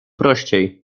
prościej